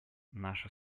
наша